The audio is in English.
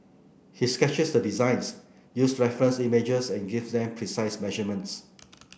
he sketches the designs uses reference images and give them precise measurements